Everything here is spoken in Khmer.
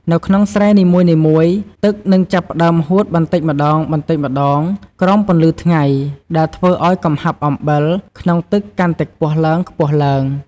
នៅក្នុងស្រែនីមួយៗ ទឹកនឹងចាប់ផ្តើមហួតបន្តិចម្ដងៗក្រោមពន្លឺថ្ងៃ ដែលធ្វើឱ្យកំហាប់អំបិលក្នុងទឹកកាន់តែខ្ពស់ឡើងៗ។